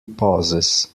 pauses